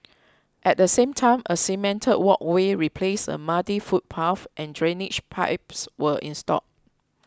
at the same time a cemented walkway replaced a muddy footpath and drainage pipes were installed